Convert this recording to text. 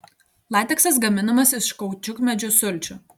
lateksas gaminamas iš kaučiukmedžių sulčių